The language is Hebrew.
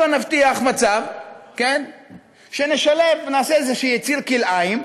הבה נבטיח מצב שנשלב, נעשה יציר כלאיים,